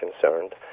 concerned